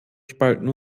spalten